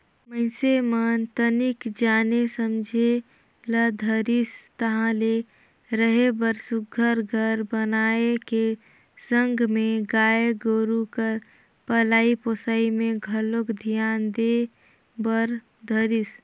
मइनसे मन तनिक जाने समझे ल धरिस ताहले रहें बर सुग्घर घर बनाए के संग में गाय गोरु कर पलई पोसई में घलोक धियान दे बर धरिस